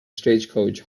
stagecoach